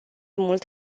mult